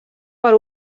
per